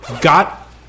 got